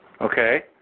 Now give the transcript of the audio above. Okay